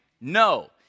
No